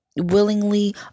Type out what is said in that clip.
willingly